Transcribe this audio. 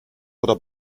oder